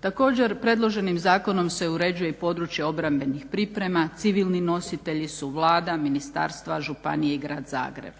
Također, predloženim zakonom se uređuje i područje obrambenih pripremama. Civilni nositelji su Vlada, ministarstva, županije i Grad Zagreb.